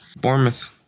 Bournemouth